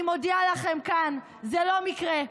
אני מודיעה לכם כאן: זה לא מקרה.